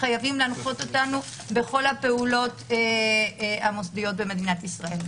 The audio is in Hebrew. שחייבים להנחות אותנו בכל הפעולות המוסדיות במדינת ישראל.